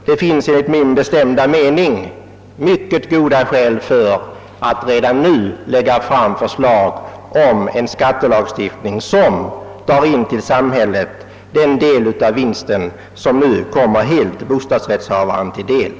Det finns enligt min bestämda uppfattning mycket goda skäl för att redan nu lägga fram förslag om en skattelagstiftning, som tillför samhället en del av den vinst som nu helt kommer = bostadsrättsinnehavaren = till godo.